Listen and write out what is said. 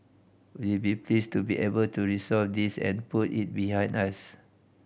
we'd be pleased to be able to resolve this and put it behind us